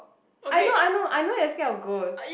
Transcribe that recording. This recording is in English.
I know I know I know you scare of ghost